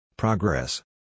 Progress